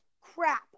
crap